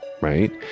Right